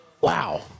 Wow